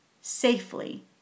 safely